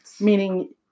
Meaning